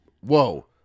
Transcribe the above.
whoa